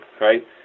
right